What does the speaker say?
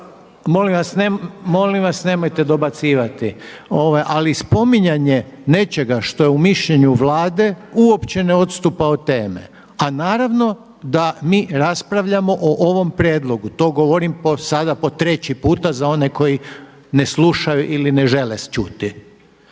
Molim vas nemojte dobacivati. Ali spominjanje nečega što je u mišljenju Vlade uopće ne odstupa od teme. A naravno da mi raspravljamo o ovom prijedlogu. To govorim sada po treći puta za one koji ne slušaju ili ne žele čuti.